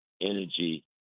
energy